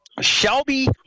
Shelby